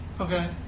Okay